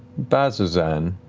bazzoxan.